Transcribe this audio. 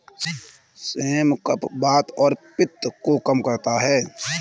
same कफ, वात और पित्त को कम करता है